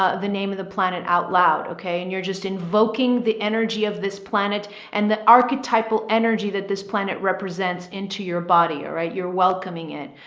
ah the name of the planet out loud. okay. and you're just invoking the energy of this planet and the archetypal energy that this planet represents into your body. ah right. you're welcoming it.